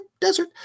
desert